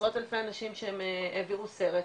עשרות אלפי אנשים שהם העבירו סרט,